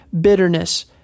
Bitterness